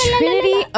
Trinity